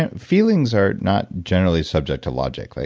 and feelings are not generally subject to logic. like